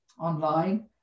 online